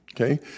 Okay